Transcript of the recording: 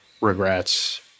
regrets